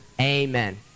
Amen